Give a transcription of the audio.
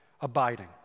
abiding